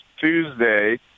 Tuesday